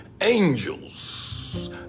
angels